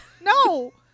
no